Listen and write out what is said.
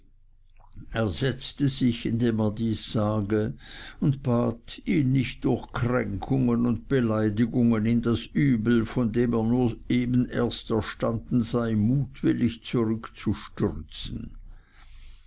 er setzte sich indem er dies sagte und bat ihn nicht durch kränkungen und beleidigungen in das übel von dem er nur soeben erst erstanden sei mutwillig zurückzustürzen